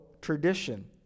tradition